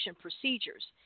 Procedures